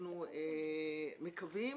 ואנחנו מקווים